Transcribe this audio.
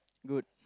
good